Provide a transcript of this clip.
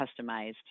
customized